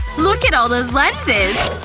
look at all those lenses!